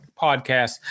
podcast